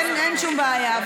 אין שום בעיה.